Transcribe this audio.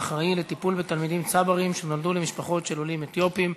אחראי לטיפול בתלמידים צברים שנולדו למשפחות של עולים מאתיופיה,